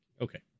Okay